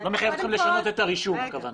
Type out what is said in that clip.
לא מחייב אתכם לשנות את הרישום, זאת הכוונה.